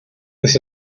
this